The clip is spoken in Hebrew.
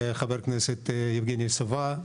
חבר הכנסת יבגני סובה,